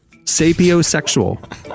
Sapiosexual